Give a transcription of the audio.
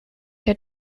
der